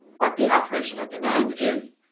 what the operational demand is,